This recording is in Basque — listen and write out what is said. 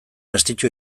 estitxu